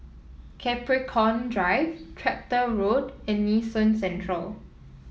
Capricorn Drive Tractor Road and Nee Soon Central